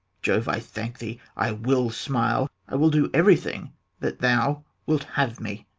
jove, i thank thee. i will smile i will do everything that thou wilt have me.